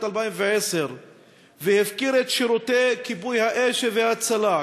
2010 והפקיר את שירותי כיבוי האש וההצלה,